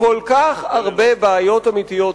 כל כך הרבה בעיות אמיתיות,